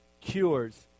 cures